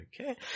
okay